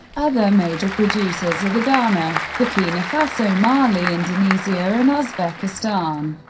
other major producers are the ghana, burkina faso, mali, indonesia and ah uzbekistan.